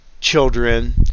children